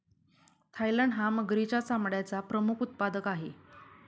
Thailand हा मगरीच्या चामड्याचा प्रमुख उत्पादक आहे